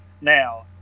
Now